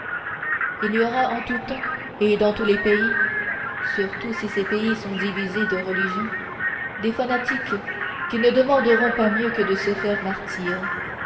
il y aura en tout temps et dans tous les pays surtout si ces pays sont divisés de religion des fanatiques qui ne demanderont pas mieux que de se faire